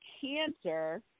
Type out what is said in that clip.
cancer